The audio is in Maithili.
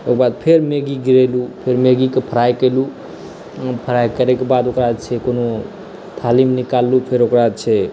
ओकरबाद फेर मैगी गीरेलहुॅं फेर मैगी के फ्राइ केलहुॅं फ्राइ करै के बाद ओकरा जे छै कोनो थाली मे निकललहुॅं फेर ओकरा जे छै